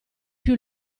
più